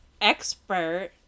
expert